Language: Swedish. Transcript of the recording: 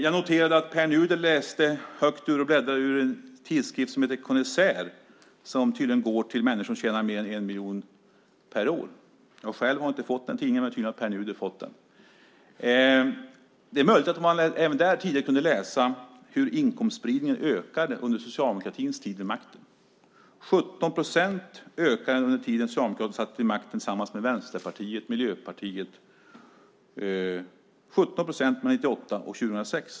Jag noterade att Pär Nuder läste högt ur en tidskrift som heter Connoisseur. Den får tydligen människor som tjänar mer än 1 miljon kronor per år. Jag själv har inte fått den. Men tydligen har Pär Nuder fått den. Det är möjligt att man även där tidigare kunde läsa hur inkomstspridningen ökade under socialdemokratins tid vid makten. Den ökade med 17 procent mellan 1998 och 2006, under den tid som Socialdemokraterna satt vid makten tillsammans med Vänsterpartiet och Miljöpartiet.